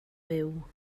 fyw